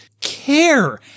care